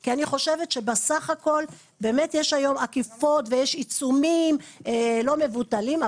כי אני חושבת שבסך הכול באמת יש היום אכיפות ויש עיצומים לא מבוטלים,